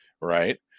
right